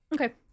Okay